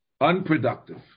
Unproductive